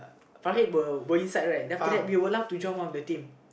Farhid were go inside then after that we were lumped to join one of the team